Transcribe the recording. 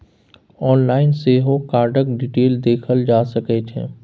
online सेहो कार्डक detail देखल जा सकै छै